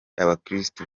abakirisitu